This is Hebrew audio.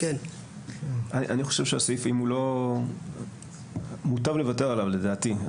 אני חושב שהסעיף, מוטב לוותר עליו לדעתי.